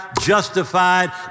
justified